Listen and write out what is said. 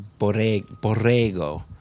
Borrego